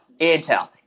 Intel